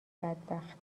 بدبخت